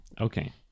Okay